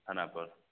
थानापर